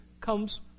comes